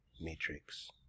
matrix